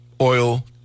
oil